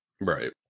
right